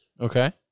Okay